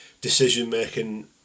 decision-making